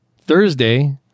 Thursday